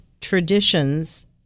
traditions